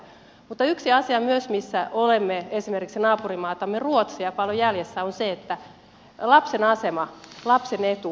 mutta yksi asia myös missä olemme esimerkiksi naapurimaatamme ruotsia paljon jäljessä on lapsen asema lapsen etu väkivaltatilanteessa